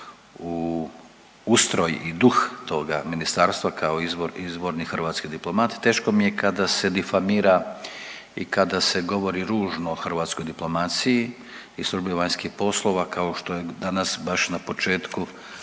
u ustroj i duh toga ministarstva kao izvorni hrvatski diplomat teško mi je kada se difamira i kada se govori ružno o hrvatskoj diplomaciji i službi vanjskih poslova kao što je danas baš na početku